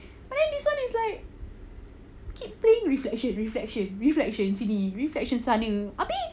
but then this [one] it's like keep playing reflection reflection reflection sini reflection sana abeh